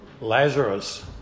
Lazarus